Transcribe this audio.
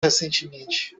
recentemente